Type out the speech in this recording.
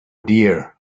dear